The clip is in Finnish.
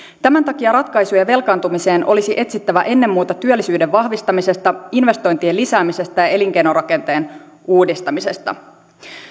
tämän takia ratkaisuja velkaantumiseen olisi etsittävä ennen muuta työllisyyden vahvistamisesta investointien lisäämisestä ja ja elinkeinorakenteen uudistamisesta